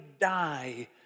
die